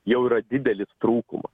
jau yra didelis trūkumas